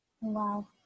Wow